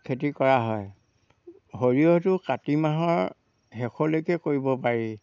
খেতি কৰা হয় সৰিয়হটো কাতি মাহৰ শেষলৈকে কৰিব পাৰি